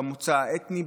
במוצא האתני,